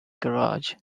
garage